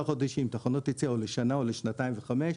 חודשים עם תחנות יציאה או לשנה או לשנתיים וחמש,